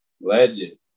legend